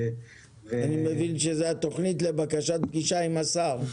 אני מבין שזו התוכנית לבקשת פגישה עם השר.